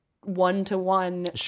one-to-one